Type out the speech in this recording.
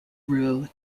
rule